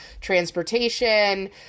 transportation